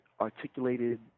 articulated